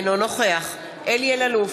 אינו נוכח אלי אלאלוף,